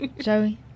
Joey